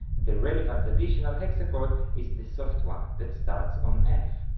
the relevant additional hexachord is the soft one, that starts on f.